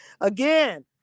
Again